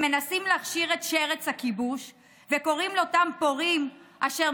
שמנסים להכשיר את שרץ הכיבוש וקוראים לאותם פורעים אשר